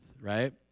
right